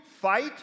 fight